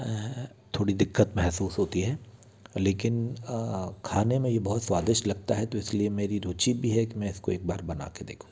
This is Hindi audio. थोड़ी दिक्कत महसूस होती है लेकिन खाने में ये बहुत स्वादिष्ट लगता है तो इसलिए मेरी रुचि भी है कि मैं इसको एक बार बना के देखूँ